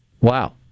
Wow